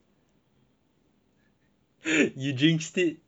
you jinxed it you just jinxed it issac